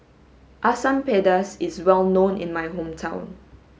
Asam Pedas is well known in my hometown